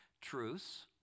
truths